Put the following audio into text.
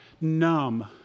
numb